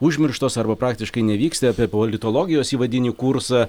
užmirštos arba praktiškai nevyksta apie politologijos įvadinį kursą